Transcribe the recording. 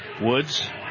Woods